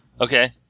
Okay